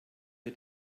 wir